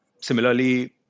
Similarly